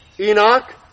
Enoch